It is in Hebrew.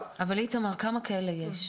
אבל כמה כאלה יש?